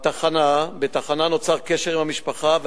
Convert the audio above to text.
בתחנה נוצר קשר עם המשפחה,